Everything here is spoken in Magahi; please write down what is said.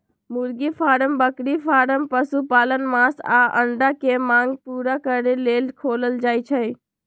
मुर्गी फारम बकरी फारम पशुपालन मास आऽ अंडा के मांग पुरा करे लेल खोलल जाइ छइ